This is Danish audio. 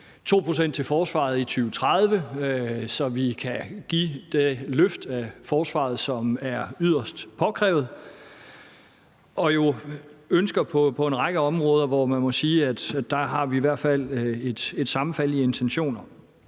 til forsvaret i 2030, så vi kan få det løft af forsvaret, som er yderst påkrævet, og i forhold til ønsker på en række områder, hvor vi må sige at vi i hvert fald har et sammenfald i intentioner.